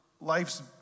life's